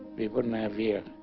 we wouldn't have here